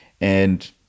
And-